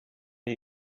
did